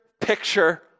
picture